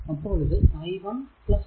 അപ്പോൾ ഇത് i 1 10